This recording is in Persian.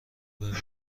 ببینم